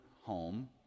home